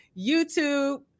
YouTube